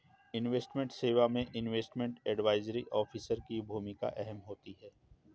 investment सेवा में investment advisory officer की भूमिका अहम होती है